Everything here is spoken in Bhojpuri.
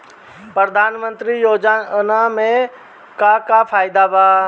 प्रधानमंत्री योजना मे का का फायदा बा?